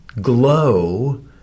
glow